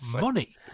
money